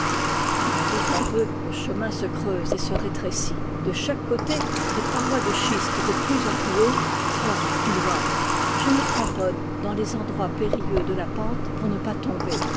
je m'en doute un peu le chemin se creuse et se rétrécit de chaque côté des parois de schiste de plus en plus hautes forment couloir je m'y cramponne dans les endroits périlleux de la pente pour ne pas tomber